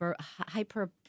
hyper